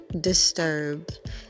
disturbed